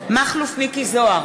מכלוף מיקי זוהר,